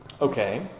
Okay